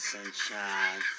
Sunshine